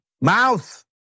mouth